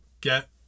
Get